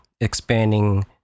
expanding